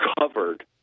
covered